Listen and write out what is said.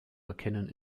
erkennen